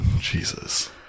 Jesus